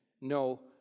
no